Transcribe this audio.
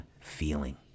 feeling